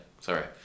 Sorry